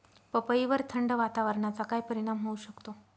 पपईवर थंड वातावरणाचा काय परिणाम होऊ शकतो?